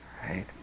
right